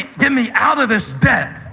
get me out of this debt.